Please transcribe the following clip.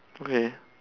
okay